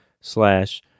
slash